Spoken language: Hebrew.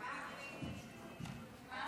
פעם ראשונה,